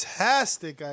Fantastic